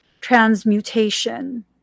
transmutation